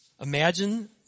Imagine